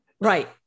right